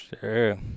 Sure